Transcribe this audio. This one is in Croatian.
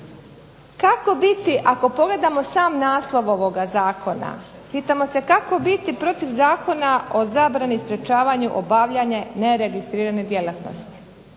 kako biti ako pogledamo sam naslov ovoga zakona, pitamo se kako biti protiv Zakona o zabrani i sprečavanju obavljanja neregistrirane djelatnosti.